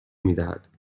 میدهد